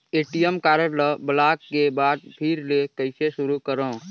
ATM card ल block के बाद फिर ले कइसे शुरू करव?